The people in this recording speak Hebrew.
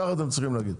ככה אתם צריכים להגיד,